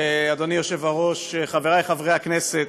אדוני היושב-ראש, חברי חברי הכנסת,